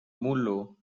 mullu